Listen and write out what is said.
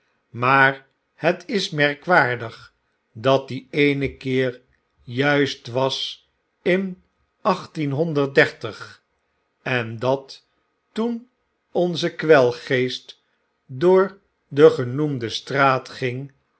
m aar bet is merkwaardig dat die eene keer juist was in achttienhonderddertig en dat toen onze kwelgeest door de genoemde straat ging